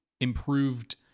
improved